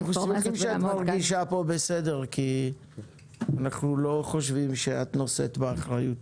אנחנו שמחים שאת מרגישה כאן בסדר כי אנחנו לא חושבים שאת נושאת באחריות.